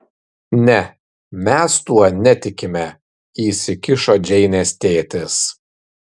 ne mes tuo netikime įsikišo džeinės tėtis